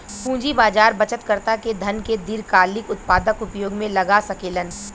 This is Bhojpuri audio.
पूंजी बाजार बचतकर्ता के धन के दीर्घकालिक उत्पादक उपयोग में लगा सकेलन